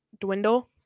dwindle